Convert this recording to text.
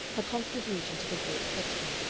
her contribution to the great question.